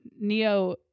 Neo